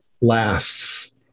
lasts